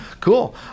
Cool